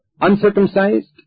uncircumcised